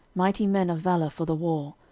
mighty men of valour for the war,